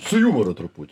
su jumoru truputį